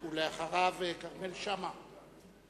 ואחריו, חבר הכנסת כרמל שאמה מהליכוד.